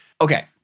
okay